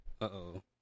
Uh-oh